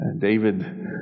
David